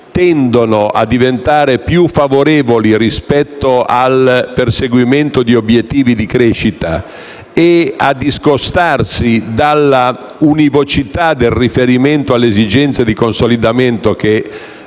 tendono a diventare più favorevoli rispetto al perseguimento di obiettivi di crescita e a discostarsi dalla univocità del riferimento alle esigenze di consolidamento, che